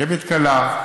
רכבת קלה,